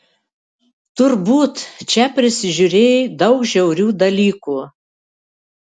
turbūt čia prisižiūrėjai daug žiaurių dalykų